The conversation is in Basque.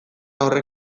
horrek